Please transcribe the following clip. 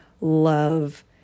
love